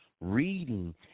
reading